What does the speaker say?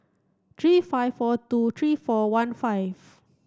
three five four two three four one five